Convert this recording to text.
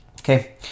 Okay